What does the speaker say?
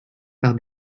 par